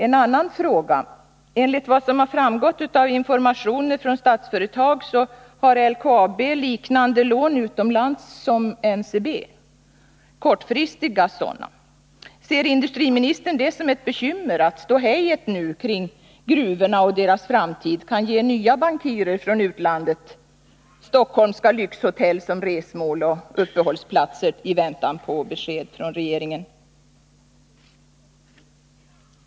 En annan fråga: Enligt vad som framgått av information från statsföretag har LKAB liknande lån utomlands som NCB, kortfristiga sådana. Ser industriministern det som ett bekymmer att ståhejet nu kring gruvorna och deras framtid kan göra stockholmska lyxhotell till resmål och uppehållsplats för nya bankirer från utlandet i väntan på besked från regeringen?